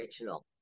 original